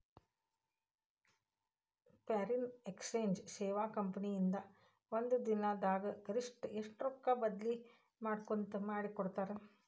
Foreign exchange ಸೇವಾ company ಇಂದಾ ಒಂದ್ ದಿನ್ ದಾಗ್ ಗರಿಷ್ಠ ಎಷ್ಟ್ ರೊಕ್ಕಾ ಬದ್ಲಿ ಮಾಡಿಕೊಡ್ತಾರ್?